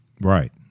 Right